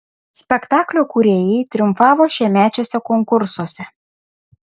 spektaklio kūrėjai triumfavo šiemečiuose konkursuose